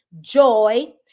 joy